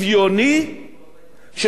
ששומר על האינטרס הציבורי,